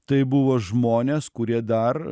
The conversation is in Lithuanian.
tai buvo žmonės kurie dar